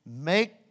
make